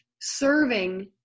serving